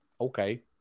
Okay